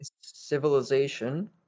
civilization